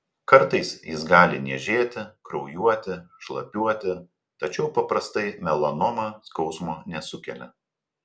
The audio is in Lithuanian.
kartais jis gali niežėti kraujuoti šlapiuoti tačiau paprastai melanoma skausmo nesukelia